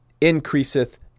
increaseth